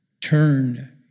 turn